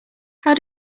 how